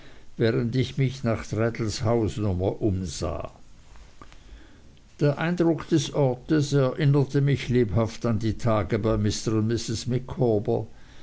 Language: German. während ich mich nach traddles hausnummer umsah der eindruck des ortes erinnerte mich lebhaft an die tage bei mr und